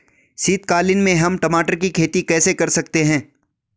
शीतकालीन में हम टमाटर की खेती कैसे कर सकते हैं?